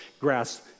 grass